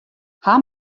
haw